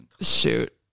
Shoot